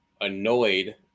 annoyed